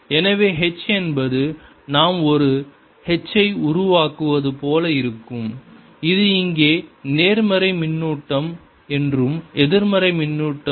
எனவே h என்பது நாம் ஒரு h ஐ உருவாக்குவது போல இருக்கும் இது இங்கே நேர்மறை மின்னூட்டம் மற்றும் எதிர்மறை மின்னூட்டம்